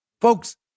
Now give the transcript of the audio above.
Folks